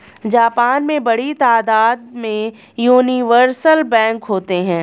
Japan में बड़ी तादाद में यूनिवर्सल बैंक होते हैं